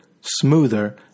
smoother